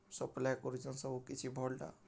supply କରୁଛନ୍ ସବୁକିଛି ଭଲ୍ଟା